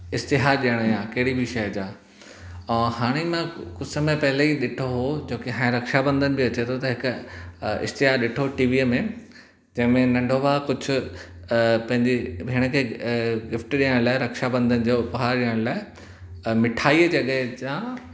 इश्तिहार ॾियणु आहे केॾी बि शइ जा हो हाणे मां कुझु समय पहिले ई ॾिठो हो जोकी हर रक्षाबंधन बि अचे थो त हिकु इश्तिहार ॾिठो टीवीअ में जंहिंमें नंढो आहे कुझु आहे पंहिंजे भेण खे आ गिफ्ट ॾेअण लाए रक्षाबंधन जो उपहार ॾियण लाइ मिठाई जॻहि जा